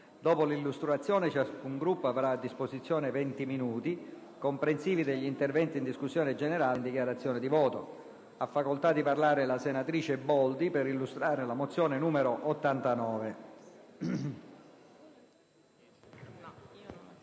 Dopo l'illustrazione, ciascun Gruppo avrà a disposizione 20 minuti, comprensivi degli interventi in discussione e in dichiarazione di voto. Ha facoltà di parlare la senatrice Boldi per illustrare tale mozione.